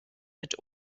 mit